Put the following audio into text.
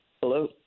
Hello